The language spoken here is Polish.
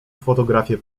fotografie